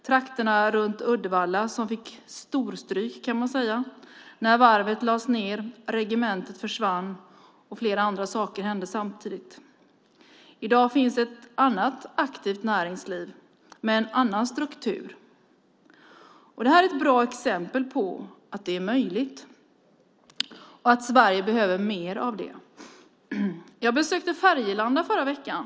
Trakterna runt Uddevalla fick storstryk, kan man säga, när varvet lades ned, regementet försvann och flera andra saker hände samtidigt. I dag finns ett annat aktivt näringsliv med en annan struktur. Det här är ett bra exempel på att det är möjligt och att Sverige behöver mer av det. Jag besökte Färgelanda i förra veckan.